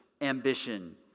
ambition